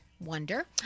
Wonder